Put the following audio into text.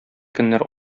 көннәр